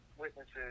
witnesses